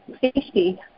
safety